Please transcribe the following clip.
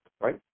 right